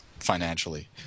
Financially